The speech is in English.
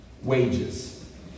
Wages